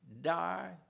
die